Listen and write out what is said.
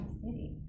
city